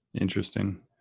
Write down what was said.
Interesting